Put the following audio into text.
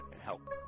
help